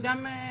בנוסף,